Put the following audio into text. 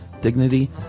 dignity